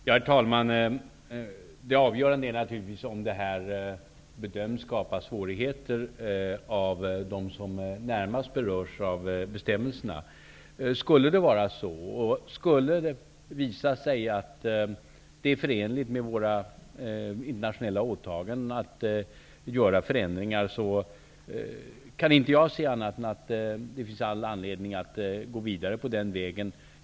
Herr talman! Det avgörande är naturligtvis om detta av dem som närmast berörs av bestämmelserna bedöms skapa svårigheter. Om det skulle vara på det sättet och om det skulle visa sig att det är förenligt med våra internationella åtaganden att göra förändringar, kan jag inte se annat än att det finns all anledning att gå vidare på den vägen.